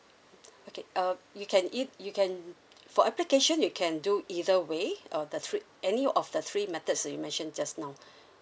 okay uh you can if you can for application you can do either way uh the three any of the three methods that you mentioned just now